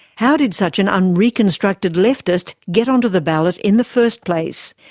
how did such an unreconstructed leftist get onto the ballot in the first place?